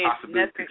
possibility